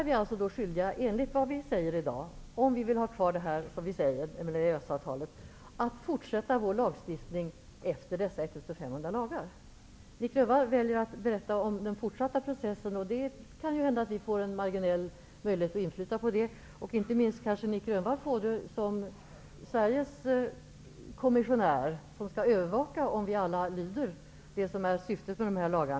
Vi blir då skyldiga att fortsätta att stifta våra lagar i enlighet med dessa 1 500 lagar. Nic Grönvall väljer att berätta om den fortsatta processen. Det är möjligt att vi där kommer att få ett marginellt inflytande. Det gäller kanske inte minst Nic Grönvall som blir Sveriges kommissionär och skall övervaka om alla följer det som är syftet med dessa lagar.